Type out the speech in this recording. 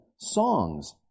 songs